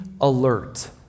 alert